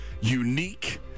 unique